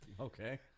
Okay